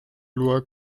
loi